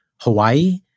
Hawaii